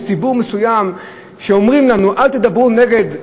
יש ציבור מסוים שאומר לנו: אל תדברו נגד לפיד,